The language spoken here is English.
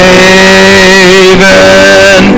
haven